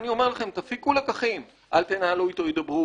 אני אומר לכם שתפיקו לקחים: אל תנהלו איתו הידברות,